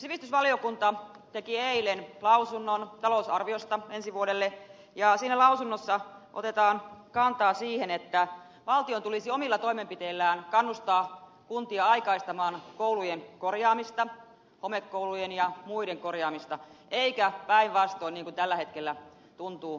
sivistysvaliokunta teki eilen lausunnon talousarviosta ensi vuodelle ja siinä lausunnossa otetaan kantaa siihen että valtion tulisi omilla toimenpiteillään kannustaa kuntia aikaistamaan koulujen korjaamista homekoulujen ja muiden korjaamista eikä päinvastoin niin kuin tällä hetkellä tuntuu käyvän